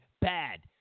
bad